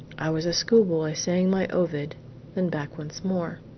i was a schoolboy saying my ovid then back once more.